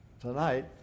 tonight